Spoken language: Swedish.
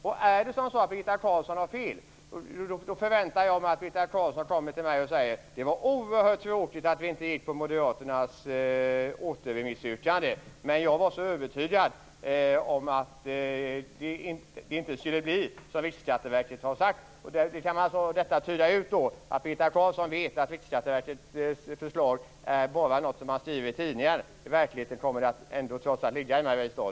Om Birgitta Carlsson har fel förväntar jag mig att hon kommer till mig och säger: Det var oerhört tråkigt att vi inte gick på moderaternas återremissyrkande, men jag var övertygad om att det inte skulle bli som Riksskatteverket hade sagt. Av detta kan man utläsa att Birgitta Carlsson vet att Riksskatteverkets förslag bara är något som man skriver om i tidningar. I verkligheten kommer verksamheten, trots allt, att ligga i Mariestad.